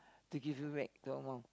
to give you back to our mum